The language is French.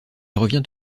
revient